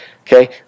okay